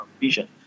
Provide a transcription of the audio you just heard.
Vision